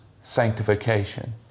sanctification